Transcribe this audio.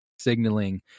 signaling